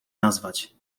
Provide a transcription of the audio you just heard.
nazwać